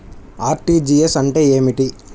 RTGS అంటే ఏమిటి?